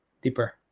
deeper